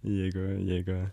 jeigu jeigu